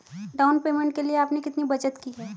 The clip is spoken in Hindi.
डाउन पेमेंट के लिए आपने कितनी बचत की है?